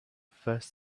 first